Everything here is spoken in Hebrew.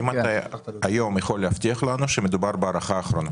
האם אתה היום יכול להבטיח לנו שמדובר בהארכה אחרונה?